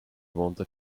wanted